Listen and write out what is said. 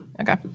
Okay